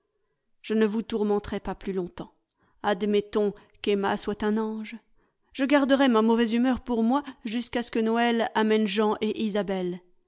je ne vous tourmenterai pas plus longtemps admettons qu'emma soit un ange je garderai ma mauvaise humeur pour moi jusqu'à ce que noël amène jean et isabelle